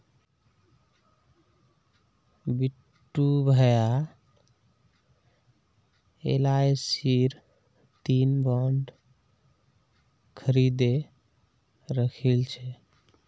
बिट्टू भाया एलआईसीर तीन बॉन्ड खरीदे राखिल छ